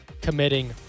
committing